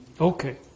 Okay